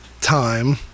time